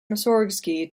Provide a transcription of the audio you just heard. mussorgsky